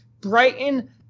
Brighton